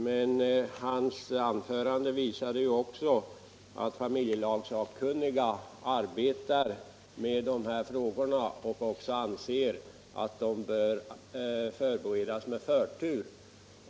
Men herr Romanus anförande visade ju också att familjelagssakkunniga arbetar med de här frågorna och anser även att de bör beredas med förtur.